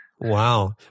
Wow